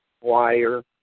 wire